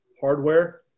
hardware